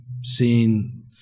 seeing